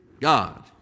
God